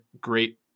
great